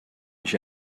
she